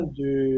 du